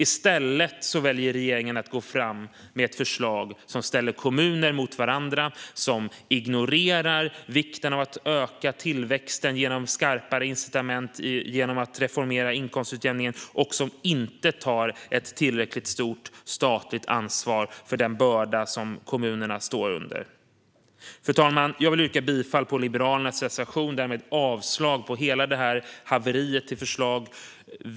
I stället väljer regeringen att gå fram med ett förslag som ställer kommuner mot varandra, som ignorerar vikten av att öka tillväxten genom skarpare incitament genom att reformera inkomstutjämningen och som inte tar ett tillräckligt stort statligt ansvar för kommunernas börda. Fru talman! Jag vill yrka bifall till Liberalernas reservation och därmed avslag på hela det här haveriet till förslag.